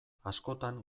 askotan